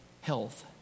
health